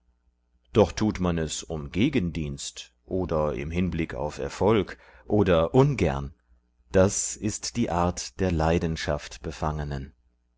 doch tut man es um gegendienst oder im hinblick auf erfolg oder ungern das ist die art der leidenschaftbefangenen